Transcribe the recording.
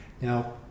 Now